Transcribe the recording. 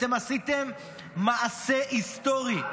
אתם עשיתם מעשה היסטורי.